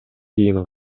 кийин